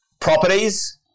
properties